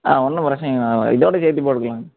ஆ ஒன்றும் பிரச்சினை இல்லைங்க இதோடு சேர்த்தி போட்டுக்கலாங்க